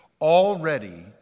Already